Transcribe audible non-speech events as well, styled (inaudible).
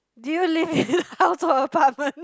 do you live in (laughs) house or apartment